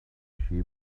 sheep